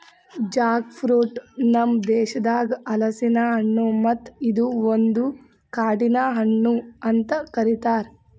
Jack fruit ನಮ್ ದೇಶದಾಗ್ ಹಲಸಿನ ಹಣ್ಣು ಮತ್ತ ಇದು ಒಂದು ಕಾಡಿನ ಹಣ್ಣು ಅಂತ್ ಕರಿತಾರ್